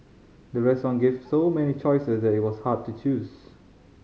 the restaurant gave so many choices that it was hard to choose